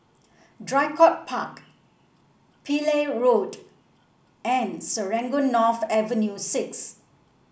Draycott Park Pillai Road and Serangoon North Avenue Six